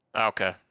okay